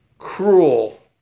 cruel